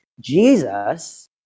Jesus